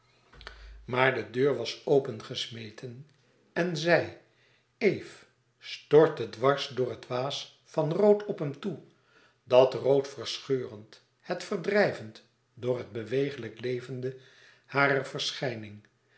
maar de deur was opengesmeten en zij eve stortte dwars door het waas van rood op hem toe dat rood verscheurend het verdrijvend door het bewegelijk levende harer verschijning